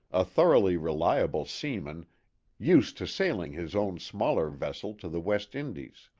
a thoroughly reliable seaman used to sailing his own smaller vessel to the west indies.